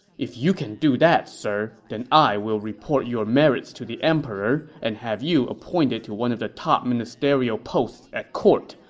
if you can do that, sir, then i will report your merits to the emperor and have you appointed to one of the top ministerial posts at court,